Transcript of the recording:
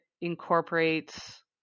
incorporates